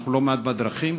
ואנחנו לא מעט בדרכים,